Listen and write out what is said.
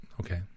okay